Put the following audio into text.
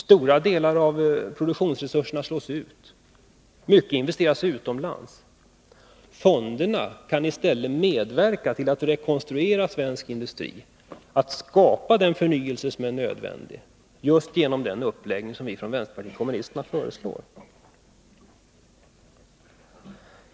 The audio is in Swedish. Stora delar av produktionsresurserna slås ut. Mycket investeras utomlands. Fonderna kan i stället just genom den uppläggning som vänsterpartiet kommunisterna föreslår medverka till att rekonstruera svensk industri, till att skapa den förnyelse som är nödvändig.